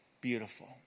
beautiful